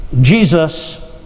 Jesus